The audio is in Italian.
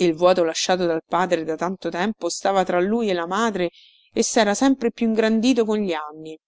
il vuoto lasciato dal padre da tanto tempo stava tra lui e la madre e sera sempre più ingrandito con gli anni